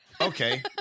Okay